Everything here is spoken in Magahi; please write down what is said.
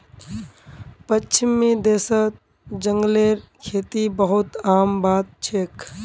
पश्चिमी देशत जंगलेर खेती बहुत आम बात छेक